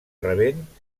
rebent